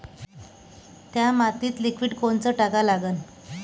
थ्या मातीत लिक्विड कोनचं टाका लागन?